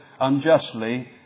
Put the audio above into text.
unjustly